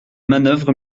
manoeuvre